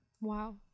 Wow